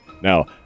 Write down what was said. Now